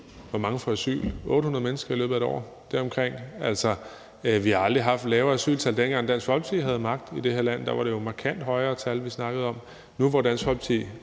Hvor mange får asyl? Det er omkring 800 mennesker i løbet af et år. Vi har aldrig haft et lavere asyltal. Dengang Dansk Folkeparti havde magten i det her land, var det jo et markant højere tal, vi snakkede om. Nu, hvor Dansk Folkeparti